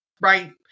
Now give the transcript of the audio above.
Right